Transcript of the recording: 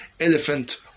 elephant